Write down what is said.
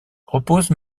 repose